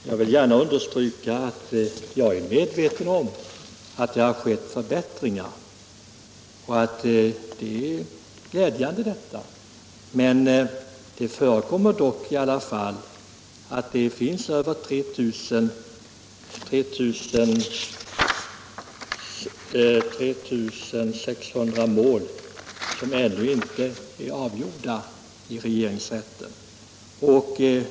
Fru talman! Jag vill gärna understryka att jag är medveten om att det har skett förbättringar. Detta är glädjande, men det förekommer dock eftersläpningar. Det finns över 3 300 mål som ännu inte är avgjorda i regeringsrätten och det är